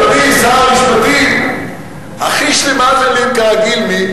אגב, אדוני שר המשפטים, הכי שלימזלים כרגיל, מי?